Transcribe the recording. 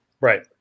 Right